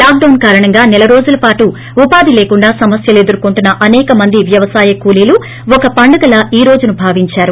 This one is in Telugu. లాక్ డౌన్ కారణంగా నెల రోజులుగా ఉపాధి లేకుండా సమస్యలు ఎదుర్కొంటున్న అనేక మంది వ్యవసాయ కూలీలకు ఒక పండుగలా ఈ రోజును భావిందారు